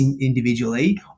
individually